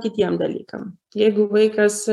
kitiem dalykam jeigu vaikas